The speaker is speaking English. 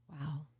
Wow